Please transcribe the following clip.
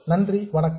நன்றி வணக்கம்